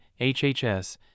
HHS